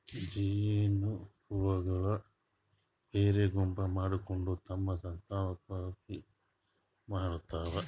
ಜೇನಹುಳಗೊಳ್ ಬ್ಯಾರೆ ಗುಂಪ್ ಮಾಡ್ಕೊಂಡ್ ತಮ್ಮ್ ಸಂತಾನೋತ್ಪತ್ತಿ ಮಾಡ್ತಾವ್